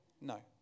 No